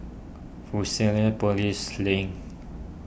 Fusionopolis Link